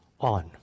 on